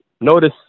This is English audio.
Notice